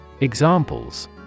Examples